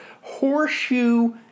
horseshoe